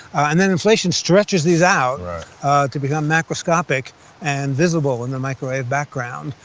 and then inflation stretches these out to become macroscopic and visible in a microwave background.